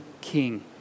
king